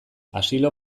asilo